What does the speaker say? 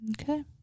Okay